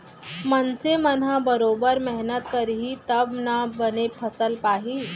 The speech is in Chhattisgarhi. मनसे मन ह बरोबर मेहनत करही तब ना बने फसल पाही